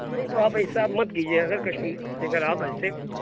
نہیں تو آپ ایسا مت کیجیے اگر کسٹمر آپ ایسے